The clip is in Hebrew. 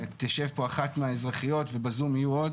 ותשב פה אחת מהאזרחיות ובזום יהיו עוד,